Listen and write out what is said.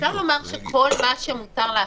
אפשר לומר שכל מה שמותר לעשות,